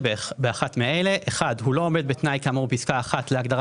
באחת מאלה: הוא לא עומד בתנאי כאמור בפסקה (1) להגדרה